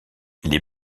les